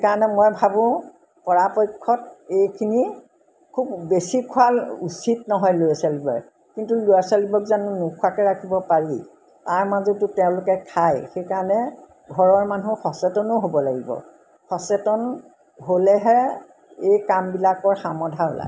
সেইকাৰণে মই ভাবোঁ পৰাপক্ষত এইখিনি খুব বেছি খোৱা উচিত নহয় ল'ৰা ছোৱালীবোৰে কিন্তু ল'ৰা ছোৱালীবোৰক যেন নোখোৱাকৈ ৰাখিব পাৰি তাৰ মাজতো তেওঁলোকে খায় সেইকাৰণে ঘৰৰ মানুহ সচেতনো হ'ব লাগিব সচেতন হ'লেহে এই কামবিলাকৰ সমাধা ওলায়